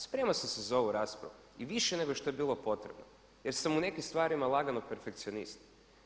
Spremao sam se za ovu raspravu i više nego što je bilo potrebno, jer sam u nekim stvarima lagano perfekcionist.